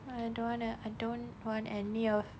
I don't want to I don't want any of